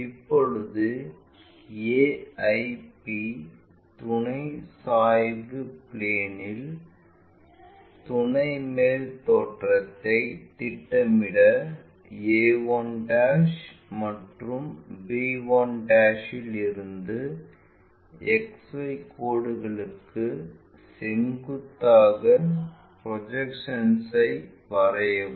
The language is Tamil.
இப்போது AIP துணை சாய்வு பிளேன்இல் துணை மேல் தோற்றத்தை திட்டமிட a1 மற்றும் b1 இலிருந்து XY கோடுகளுக்கு செங்குத்தாக ப்ரொஜெக்ஷன்ஐ வரையவும்